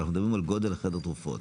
אנחנו מדברים על גודל חדר התרופות.